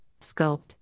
sculpt